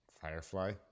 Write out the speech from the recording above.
Firefly